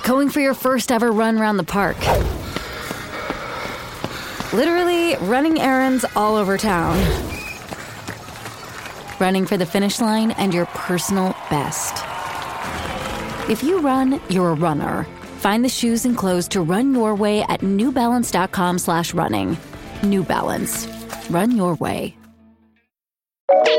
Going for your first ever run around the park. Literally running errands all over town. Running for the finish line and your personal best. If you run, you're a runner. Find the shoes and clothes to run your way at newbalance.com slash running. New Balance. Run your way.